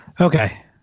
Okay